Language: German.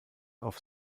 auf